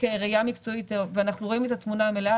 ראייה מקצועית ואנחנו רואים את התמונה המלאה,